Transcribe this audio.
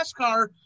NASCAR